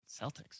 Celtics